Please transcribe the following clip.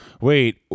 Wait